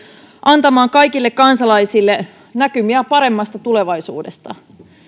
antamaan kaikille kansalaisille näkymiä paremmasta tulevaisuudesta